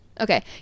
okay